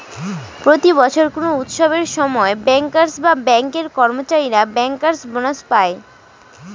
প্রতি বছর কোনো উৎসবের সময় ব্যাঙ্কার্স বা ব্যাঙ্কের কর্মচারীরা ব্যাঙ্কার্স বোনাস পায়